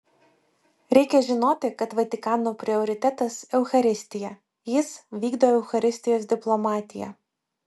reikia žinoti kad vatikano prioritetas eucharistija jis vykdo eucharistijos diplomatiją